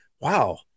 Wow